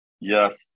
Yes